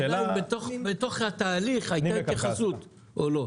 השאלה אם בתוך התהליך היתה התייחסות או לא,